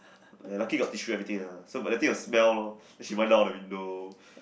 lucky got tissue and everything ah so but the thing will smell lor then she wound down all the window